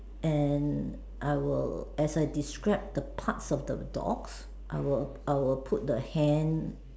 and I will as I describe the parts of the dog I will I will put the hand